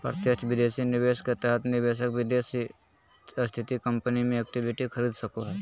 प्रत्यक्ष विदेशी निवेश के तहत निवेशक विदेश स्थित कम्पनी मे इक्विटी खरीद सको हय